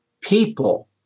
people